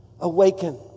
Awaken